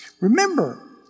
Remember